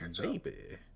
baby